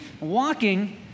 walking